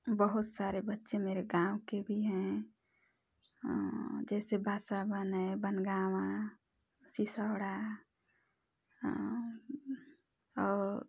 बहुत सारे बच्चे मेरे गाँव के भी हैं जैसे बाशाहबाने बंगावा सिसोड़ा और